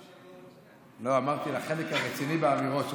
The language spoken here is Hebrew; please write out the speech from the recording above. לא, אמרתי: לחלק הרציני באמירות שלך.